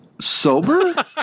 Sober